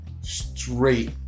straight